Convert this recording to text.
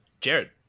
Jared